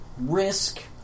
risk